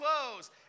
clothes